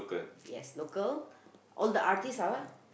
yes local all the artiste ah